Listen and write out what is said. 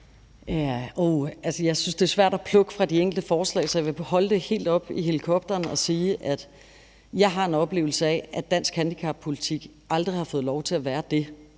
Jeg synes, det er svært at plukke fra de enkelte forslag, så jeg vil holde det helt oppe i helikopteren og sige, at jeg har en oplevelse af, dansk handicappolitik aldrig har fået lov til at være én